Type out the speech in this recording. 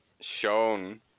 shown